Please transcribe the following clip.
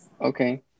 Okay